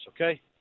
okay